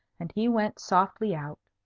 and he went softly out.